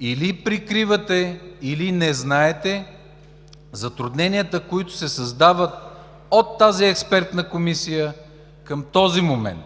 Или прикривате, или не знаете затрудненията, които се създават от тази експертна комисия към този момент,